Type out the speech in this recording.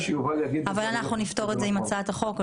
אבל אנחנו נפתור את זה עם הצעת החוק.